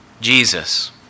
Jesus